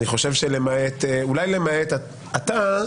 אולי למעט אתה,